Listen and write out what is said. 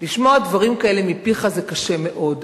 לשמוע דברים כאלה מפיך זה קשה מאוד.